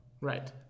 right